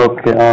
Okay